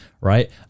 right